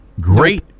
Great